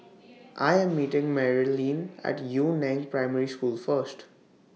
I Am meeting Merilyn At Yu Neng Primary School First